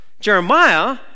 Jeremiah